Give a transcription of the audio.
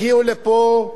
הגיעו לפה,